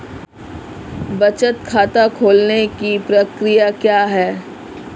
बचत खाता खोलने की प्रक्रिया क्या है?